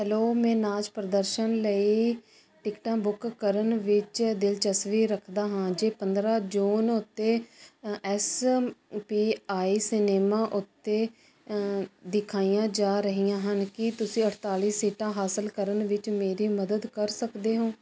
hello ਮੈਂ ਨਾਚ ਪ੍ਰਦਰਸ਼ਨ ਲਈ ਟਿਕਟਾਂ ਬੁੱਕ ਕਰਨ ਵਿੱਚ ਦਿਲਚਸਪੀ ਰੱਖਦਾ ਹਾਂ ਜੇ ਪੰਦਰਾਂ ਜੂਨ ਉੱਤੇ ਐੱਸ ਪੀ ਆਈ ਸਿਨੇਮਾ ਉੱਤੇ ਦਿਖਾਈਆਂ ਜਾ ਰਹੀਆਂ ਹਨ ਕੀ ਤੁਸੀਂ ਅਠਤਾਲੀ ਸੀਟਾਂ ਹਾਸਲ ਕਰਨ ਵਿੱਚ ਮੇਰੀ ਮਦਦ ਕਰ ਸਕਦੇ ਹੋ